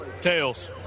Tails